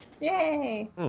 yay